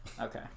Okay